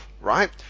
right